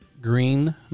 green